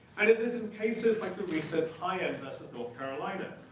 and it is and cases like the recent heien versus north carolina,